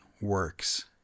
works